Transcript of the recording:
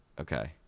Okay